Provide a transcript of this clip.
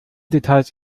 details